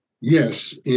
Yes